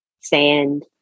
sand